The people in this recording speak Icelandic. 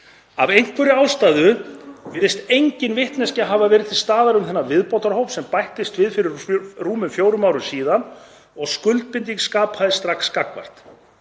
Af einhverri ástæðu virðist engin vitneskja hafa verið til staðar um þennan viðbótarhóp sem bættist við fyrir rúmum fjórum árum síðan og skuldbinding skapaðist strax gagnvart.